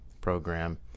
program